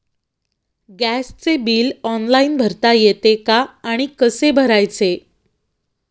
गॅसचे bill online भरता येते का आणि कसे भरायचे?